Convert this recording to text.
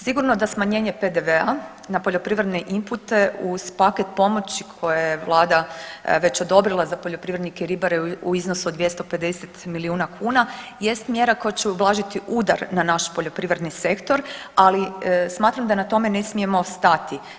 Sigurno da smanjenje PDV-a na poljoprivredne impute uz paket pomoći koje je Vlada već odobrila za poljoprivrednike i ribare u iznosu od 250 milijuna kuna jest mjera koja će ublažiti udar na naš poljoprivredni sektor, ali smatram da na tome ne smijemo stati.